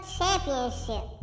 Championship